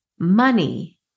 money